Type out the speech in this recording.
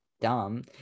dumb